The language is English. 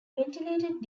ventilated